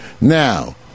Now